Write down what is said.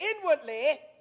inwardly